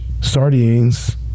sardines